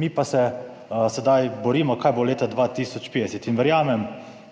Mi pa se sedaj borimo, kaj bo leta 2050. Verjamem,